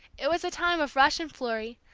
it was a time of rush and flurry,